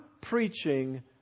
preaching